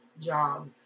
job